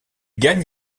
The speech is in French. gagne